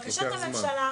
בקשת הממשלה,